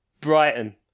Brighton